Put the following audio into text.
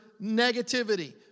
Negativity